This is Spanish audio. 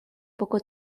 poco